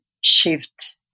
shift